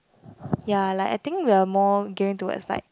ya like I think we are more like going toward like